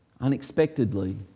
unexpectedly